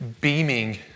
beaming